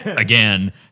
again